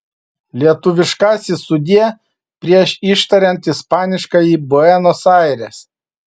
lietuviškasis sudie prieš ištariant ispaniškąjį buenos aires